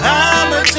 i'ma